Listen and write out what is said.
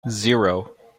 zero